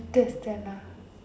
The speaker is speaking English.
just that lah